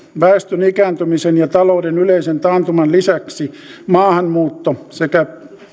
väestön ikääntymisen ja talouden yleisen taantuman lisäksi maahanmuutto sekä